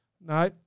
No